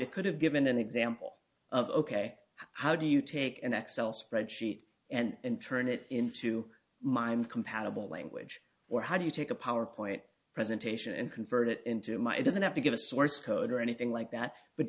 it could have given an example of ok how do you take an x l spreadsheet and turn it into mine compatible language or how do you take a power point presentation and convert it into my it doesn't have to give a source code or anything like that but